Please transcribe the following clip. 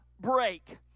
break